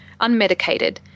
unmedicated